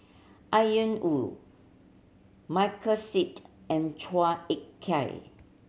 Ian Woo Michael Seet and Chua Ek Kay